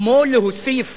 כמו להוסיף